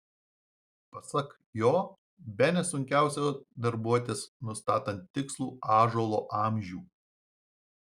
pasak jo bene sunkiausia darbuotis nustatant tikslų ąžuolo amžių